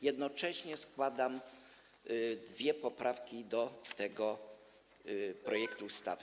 Jednocześnie składam dwie poprawki do tego projektu ustawy.